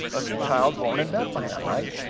a child born in bethlehem, right?